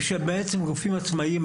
ושהם גופים עצמאיים.